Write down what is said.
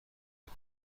عمر